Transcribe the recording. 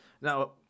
Now